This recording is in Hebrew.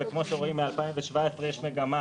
וכמו שרואים ב-2014 יש מגמה